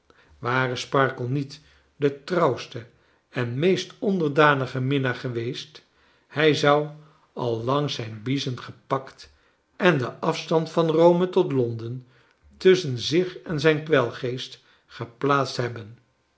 ware sparkler niet de trouwste en meest onderdanige minnaar geweest hij zou al lang zijn biezen gepakt en de afstand van rome tot londen tusschen zich en zijn kwelgeest geplaatst hebben